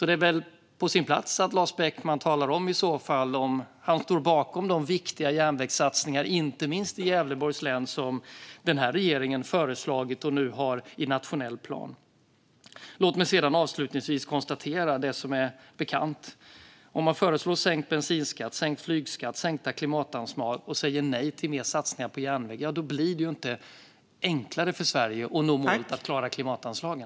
Det är väl på sin plats att Lars Beckman talar om huruvida han står bakom de viktiga järnvägssatsningar, inte minst i Gävleborgs län, som den här regeringen har föreslagit och nu har i nationell plan. Låt mig avslutningsvis konstatera det som är bekant: Om man föreslår sänkt bensinskatt, sänkt flygskatt och sänkta klimatanslag och säger nej till mer satsningar på järnväg blir det inte enklare för Sverige att nå klimatmålen.